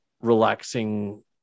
relaxing